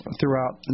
throughout